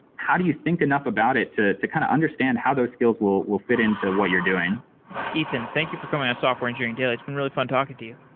how do you think enough about it to to kind of understand how those skills will will fit into what you're doing ethan, thank you for coming on software engineering daily. it's been really fun talking to you.